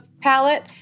palette